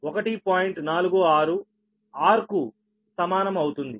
46 r కు సమానం అవుతుంది